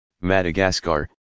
Madagascar